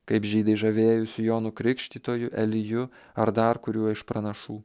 kaip žydai žavėjosi jonu krikštytoju eliju ar dar kuriuo iš pranašų